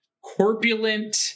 corpulent